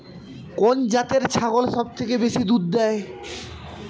কোন জাতের ছাগল সবচেয়ে বেশি দুধ দেয়?